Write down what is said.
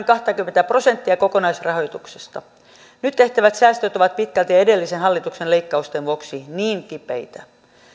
kahtakymmentä prosenttia kokonaisrahoituksesta nyt tehtävät säästöt ovat pitkälti edellisen hallituksen leikkausten vuoksi niin kipeitä